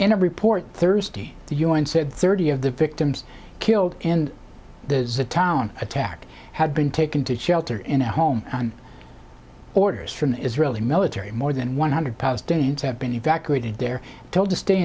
in a report thursday the un said thirty of the victims killed in the town attack had been taken to shelter in a home on orders from the israeli military more than one hundred palestinians have been evacuated they're told to stay